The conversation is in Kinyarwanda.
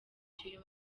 cy’uyu